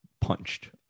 punched